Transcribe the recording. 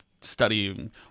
studying